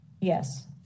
Yes